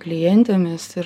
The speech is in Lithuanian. klientėmis ir